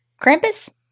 Krampus